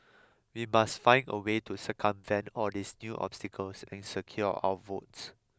we must find a way to circumvent all these new obstacles and secure our votes